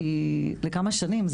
היא לכמה שנים,